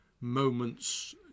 moments